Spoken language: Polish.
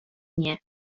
nie